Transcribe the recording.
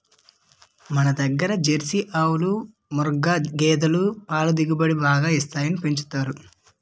మనదగ్గర జెర్సీ ఆవులు, ముఱ్ఱా గేదులు పల దిగుబడి బాగా వస్తాయని పెంచుతారు